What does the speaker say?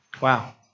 Wow